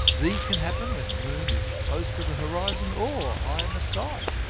these can happen when the moon is close to the horizon, or high in the sky.